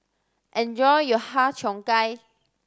enjoy your Har Cheong Gai